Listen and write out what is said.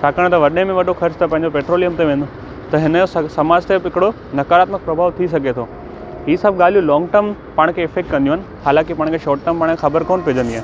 छाकाणि त वॾे में वॾो ख़र्च त पंहिंजो पेट्रोलीयम ते वेंदो त हिन जो समाज ते हिकिड़ो नकारात्मक प्रभाव थी सघे थो हीअ सभु ॻाल्हियूं लोंग टर्म पाण खे इफ़ेक्ट कंदियूं आहिनि हालांकि पाण खे शॉट टर्म पाण खे ख़बरु कोन पइजंदी आहे